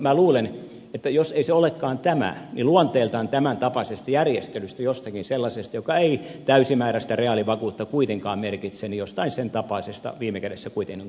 minä luulen että jos ei se olekaan tämä niin luonteeltaan tämäntapaisesta järjestelystä jostakin sellaisesta joka ei täysimääräistä reaalivakuutta kuitenkaan merkitse viime kädessä kuitenkin on kysymys